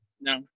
No